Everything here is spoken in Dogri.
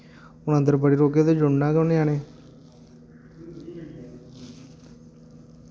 हून अंदर बड़ी रोह्गे ते जुड़ना गै उन्न ञयाने